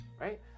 right